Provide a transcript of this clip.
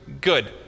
good